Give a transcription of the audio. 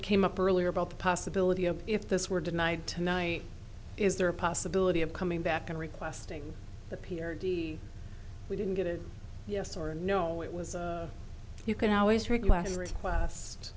it came up earlier about the possibility of if this were denied tonight is there a possibility of coming back and requesting the pierre d we didn't get a yes or no it was you can always